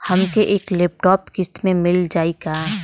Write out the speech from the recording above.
हमके एक लैपटॉप किस्त मे मिल जाई का?